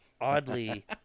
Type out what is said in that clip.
oddly